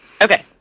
Okay